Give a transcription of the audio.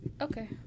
okay